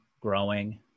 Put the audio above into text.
growing